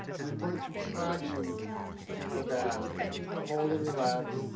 and i'm putting some traction through my back. and i'm just gonna hold and relax.